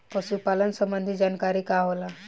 पशु पालन संबंधी जानकारी का होला?